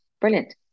brilliant